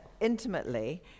intimately